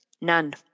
none